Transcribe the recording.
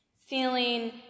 feeling